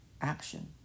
action